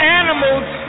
animals